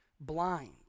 blind